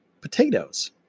potatoes